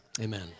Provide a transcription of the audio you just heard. Amen